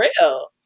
real